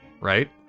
right